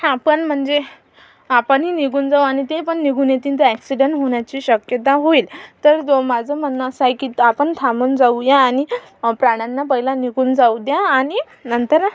आपण म्हणजे आपणही निघून जाऊ आणि ते पण निघून येतीन तर ॲक्सीडन होण्याची शक्यता होईल तर दो माझं म्हणणं असं आहे की तर आपण थांबून जाऊ या आणि प्राण्यांना पहिला निघून जाऊ द्या आणि नंतर